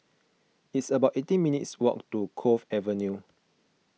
it's about eighteen minutes' walk to Cove Avenue